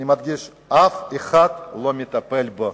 אני מדגיש, אף אחד לא מטפל בו.